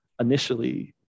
initially